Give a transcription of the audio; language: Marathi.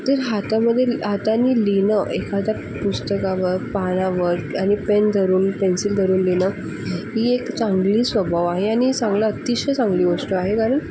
तर हातामध्ये हातानी लिहिणं एखाद्या पुस्तकावर पानावर आणि पेन धरून पेन्सिल धरून लिहिणं ही एक चांगली स्वभाव आहे आणि चांगलं अतिशय चांगली गोष्ट आहे कारण